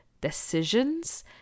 decisions